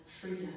freedom